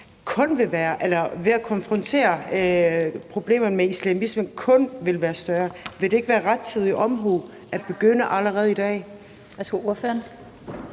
hvor omkostningerne for at konfrontere problemerne ved islamismen kun vil være større? Vil det ikke være rettidig omhu at begynde allerede i dag?